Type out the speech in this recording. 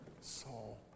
soul